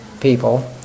people